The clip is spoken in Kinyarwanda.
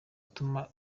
atuma